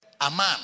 aman